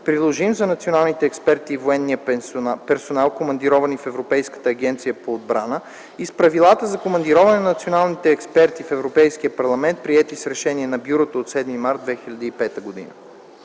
приложим за националните експерти и военния персонал, командировани в Европейската агенция по отбрана, и с Правилата за командироване на националните експерти в Европейския парламент, приети с решение на бюрото от 7 март 2005 г.